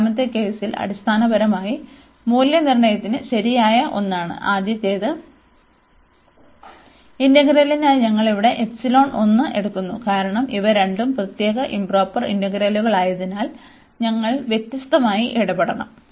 രണ്ടാമത്തെ കേസിൽ അടിസ്ഥാനപരമായി മൂല്യനിർണ്ണയത്തിന് ശരിയായ ഒന്നാണ് ആദ്യത്തെ ഇന്റഗ്രലിനായി ഞങ്ങൾ ഇവിടെ എപ്സിലോൺ ഒന്ന് എടുക്കുന്നു കാരണം ഇവ രണ്ടും പ്രത്യേക ഇoപ്രോപ്പർ ഇന്റഗ്രലുകളായതിനാൽ ഞങ്ങൾ വ്യത്യസ്തമായി ഇടപെടണം